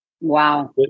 Wow